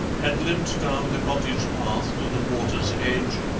had limped down the cottage path to the water's edge,